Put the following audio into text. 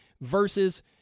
versus